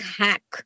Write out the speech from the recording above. hack